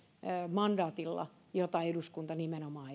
mandaatilla jota eduskunta nimenomaan